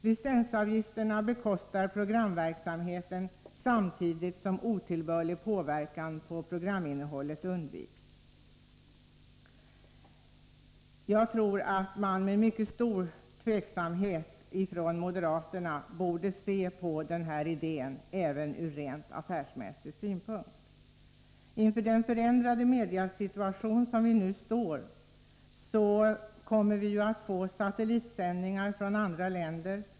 Licensavgifterna bekostar programverksamheten, samtidigt som otillbörlig påverkan på programinnehållet undviks. Moderaterna borde med mycket stor tveksamhet se på idén även ur rent affärsmässig synpunkt. I den förändrade mediasituation som vi står inför kommer vi att få satellitsändningar från andra länder.